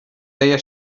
deia